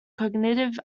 cognitive